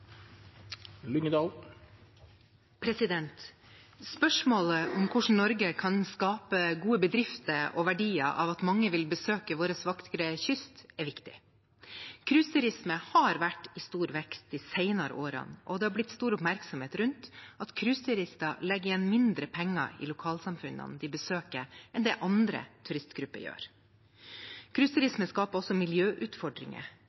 Spørsmålet om hvordan Norge kan skape gode bedrifter og verdier av at mange vil besøke vår vakre kyst, er viktig. Cruiseturisme har vært i stor vekst de senere årene, og det har blitt stor oppmerksomhet rundt at cruiseturister legger igjen mindre penger i lokalsamfunnene de besøker, enn det andre turistgrupper gjør.